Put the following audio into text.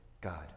God